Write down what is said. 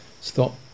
Stop